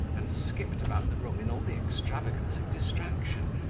and skipped about the room in all the extravagance of distraction,